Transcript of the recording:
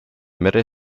mere